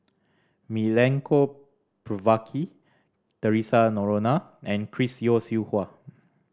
Milenko Prvacki Theresa Noronha and Chris Yeo Siew Hua